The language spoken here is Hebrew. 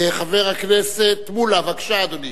חבר הכנסת מולה, בבקשה, אדוני.